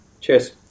cheers